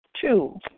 Two